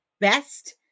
best